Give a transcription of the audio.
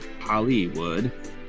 Hollywood